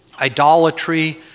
Idolatry